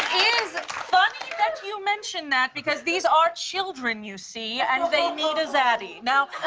is funny that you mention that, because these are children, you see. and they need a zaddy. now.